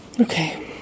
Okay